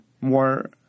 more